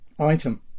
item